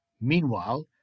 Meanwhile